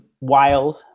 wild